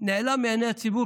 נעלם מעיני הציבור,